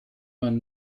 man